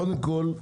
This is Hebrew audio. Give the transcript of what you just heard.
קודם כול,